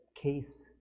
case